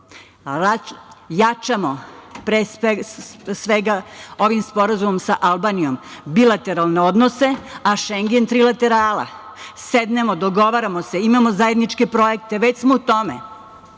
ojačamo, pre svega, ovim sporazumom sa Albanijom bilateralne odnose, a Šengen trilaterala. Sednemo, dogovaramo se, imamo zajedničke projekte. Već smo u tome.